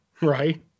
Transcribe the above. Right